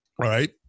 Right